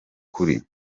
kuri